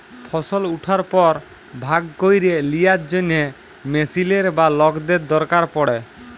ফসল উঠার পর ভাগ ক্যইরে লিয়ার জ্যনহে মেশিলের বা লকদের দরকার পড়ে